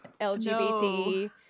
LGBT